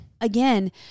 again